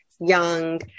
young